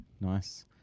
Nice